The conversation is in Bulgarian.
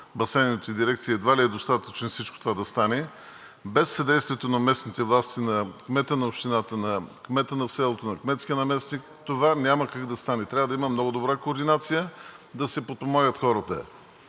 басейновите дирекции, едва ли е достатъчен всичко това да стане. Без съдействието на местните власти – на кмета на общината, на кмета на селото, на кметския наместник, това няма как да стане. Трябва да има много добра координация, да се подпомагат хората.